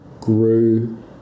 grew